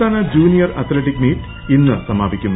സംസ്ഥാന junior athletic meet ഇന്ന് സമാപിക്കും